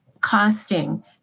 costing